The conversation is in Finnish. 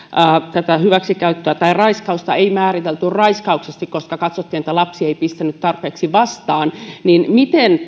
vuotiaan hyväksikäyttöä tai raiskausta ei määritelty raiskaukseksi koska katsottiin että lapsi ei pistänyt tarpeeksi vastaan miten